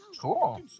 cool